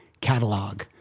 Catalog